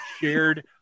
shared